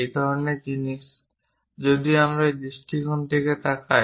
এই ধরনের জিনিস যদি আমরা এই দৃষ্টিকোণ থেকে তাকাই